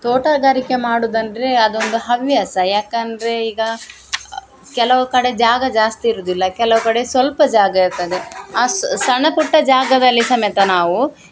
ತೋಟಗಾರಿಕೆ ಮಾಡುದಂದರೆ ಅದೊಂದು ಹವ್ಯಾಸ ಯಾಕಂದರೆ ಈಗ ಕೆಲವು ಕಡೆ ಜಾಗ ಜಾಸ್ತಿ ಇರುವುದಿಲ್ಲ ಕೆಲವು ಕಡೆ ಸ್ವಲ್ಪ ಜಾಗ ಇರ್ತದೆ ಆ ಸಣ್ಣ ಪುಟ್ಟ ಜಾಗದಲ್ಲಿ ಸಮೇತ ನಾವು